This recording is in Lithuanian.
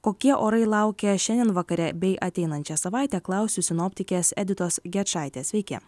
kokie orai laukia šiandien vakare bei ateinančią savaitę klausiu sinoptikės editos gečaitės sveiki